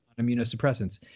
immunosuppressants